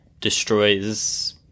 destroys